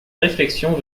réflexion